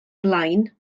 blaen